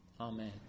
Amen